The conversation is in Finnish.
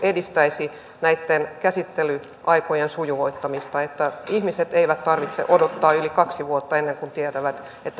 myös edistäisi näitten käsittelyaikojen sujuvoittamista että ihmisten ei tarvitse odottaa yli kaksi vuotta ennen kuin tietävät